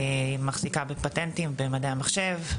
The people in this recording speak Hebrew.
מחזיקה בפטנטים במדעי המחשב.